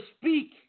speak